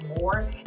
more